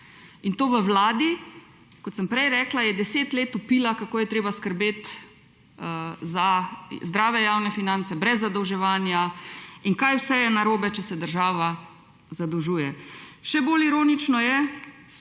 in to v vladi, kot sem prej rekla, ki je 10 let vpila, kako je treba skrbeti za zdrave javne finance brez zadolževanja in kaj vse je narobe, če se država zadolžuje. Še bolj ironično je,